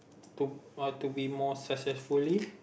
to uh to be more successfully